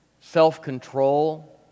self-control